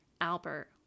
Albert